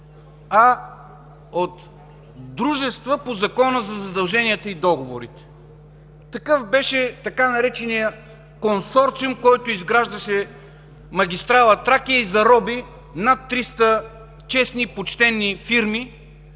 а от дружества по Закона за задълженията и договорите? Такъв беше така нареченият „консорциум”, който изграждаше магистрала „Тракия” и зароби над 300 честни и почтени фирми,